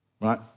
Right